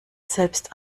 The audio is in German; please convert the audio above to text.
selbst